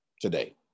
today